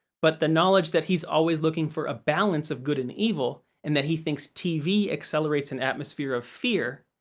but, the knowledge that he's always looking for a balance of good and evil and that he thinks tv accelerates an atmosphere of fear.